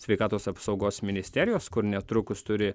sveikatos apsaugos ministerijos kur netrukus turi